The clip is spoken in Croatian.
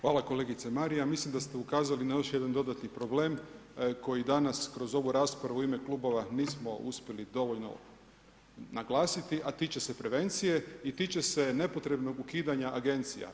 Hvala kolegice Marija, mislim da ste ukazali na još jedan dodatni problem, koji danas, kroz ovu raspravu, u ime klubova, nismo uspjeli dovoljno naglasiti a tiče se prevencije i tiče se nepotrebnog ukidanja agencija.